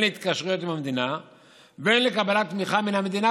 הן להתקשרויות עם המדינה והן לקבלת תמיכה מן המדינה,